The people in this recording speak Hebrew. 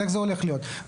איך זה הולך להיות?